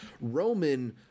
Roman